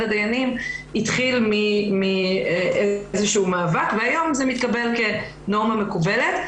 הדיינים התחיל מאיזה שהוא מאבק והיום זה מתקבל כנורמה מקובלת,